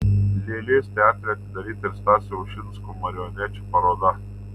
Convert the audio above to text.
lėlės teatre atidaryta ir stasio ušinsko marionečių paroda